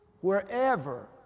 wherever